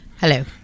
Hello